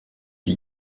die